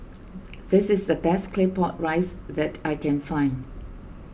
this is the best Claypot Rice that I can find